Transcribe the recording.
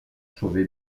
sauvé